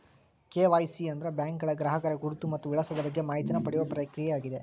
KYC ಅಂದ್ರ ಬ್ಯಾಂಕ್ಗಳ ಗ್ರಾಹಕರ ಗುರುತು ಮತ್ತ ವಿಳಾಸದ ಬಗ್ಗೆ ಮಾಹಿತಿನ ಪಡಿಯೋ ಪ್ರಕ್ರಿಯೆಯಾಗ್ಯದ